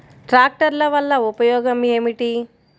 ట్రాక్టర్ల వల్ల ఉపయోగం ఏమిటీ?